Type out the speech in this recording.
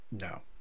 No